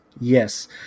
Yes